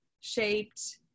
shaped